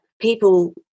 People